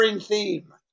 theme